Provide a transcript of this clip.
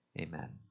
Amen